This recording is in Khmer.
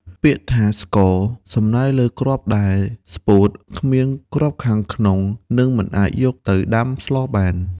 ពាក្យថា «ស្កក» សំដៅលើគ្រាប់ស្រូវដែលស្ពោត គ្មានគ្រាប់ខាងក្នុង និងមិនអាចយកទៅដាំស្លបាន។